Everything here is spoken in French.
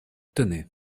tenez